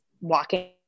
walking